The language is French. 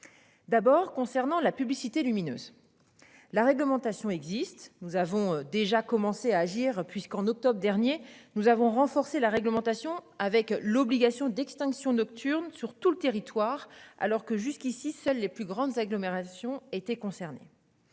D'abord concernant la publicité lumineuse. La réglementation existe. Nous avons déjà commencé à agir. Puisqu'en octobre dernier, nous avons renforcé la réglementation avec l'obligation d'extinction nocturne sur tout le territoire alors que jusqu'ici, seuls les plus grandes agglomérations étaient concernés.